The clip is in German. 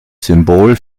symbol